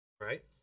Right